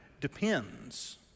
depends